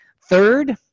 third –